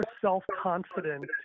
self-confident